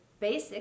basic